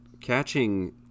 Catching